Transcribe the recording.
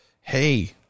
hey